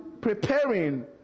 preparing